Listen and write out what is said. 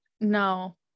no